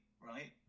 right